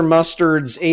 Mustard's